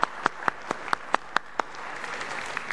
כפיים)